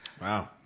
Wow